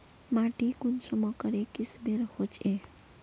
माटी कुंसम करे किस्मेर होचए?